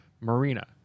Marina